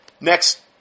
Next